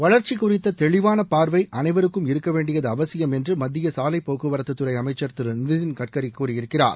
வளர்ச்சி குறித்த தெளிவாள பார்வை அனைவருக்கும் இருக்கவேண்டியது அவசியம் என்று மத்திய சாலைப் போக்குவரத்து துறை அமைச்சர் திரு நிதின் கட்கரி கூறியிருக்கிறார்